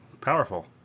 Powerful